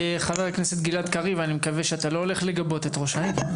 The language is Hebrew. חבר הכנסת גלעד קריב אני מקווה שאתה לא הולך לגבות את ראש העיר.